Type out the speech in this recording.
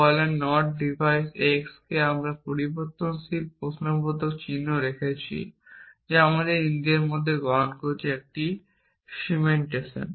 বলে not divine x আমি একটি প্রশ্নবোধক চিহ্ন রেখেছি যা আমরা আমাদের ইন্দ্রিয়ের মধ্যে গ্রহণ করছি একটি সিমেন্টেশন